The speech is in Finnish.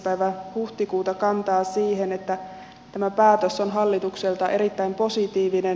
päivä huhtikuuta kantaa siihen että tämä päätös on hallitukselta erittäin positiivinen